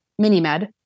MiniMed